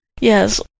Yes